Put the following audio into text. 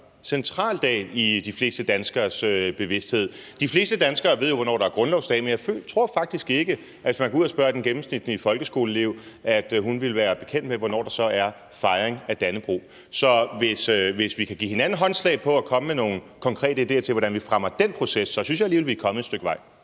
central dag i de fleste danskeres bevidsthed. De fleste danskere ved jo, hvornår det er grundlovsdag, men jeg tror faktisk ikke, at man, hvis man går ud og spørger den gennemsnitlige folkeskoleelev, vil opleve, at hun vil være bekendt med, hvornår der så er fejring af Dannebrog. Så hvis vi kan give hinanden håndslag på og komme med nogle konkrete ideer til, hvordan vi fremmer den proces, så synes jeg alligevel, vi er kommet et stykke vej.